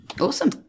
awesome